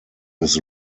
his